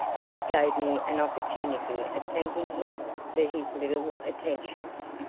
this gave me an opportunity of thanking him for his little attentions.